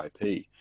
IP